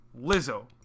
Lizzo